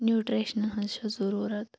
نیٚوٹرشنہِ ہٕنٛز چھِ ضروٗرَت